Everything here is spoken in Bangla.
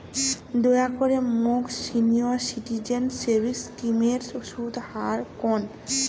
দয়া করে মোক সিনিয়র সিটিজেন সেভিংস স্কিমের সুদের হার কন